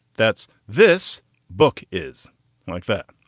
that's. this book is like that.